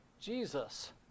Jesus